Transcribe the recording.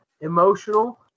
emotional